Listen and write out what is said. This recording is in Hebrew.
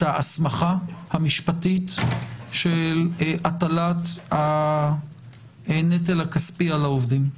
ההסמכה המשפטית של הטלת הנטל הכספי על העובדים.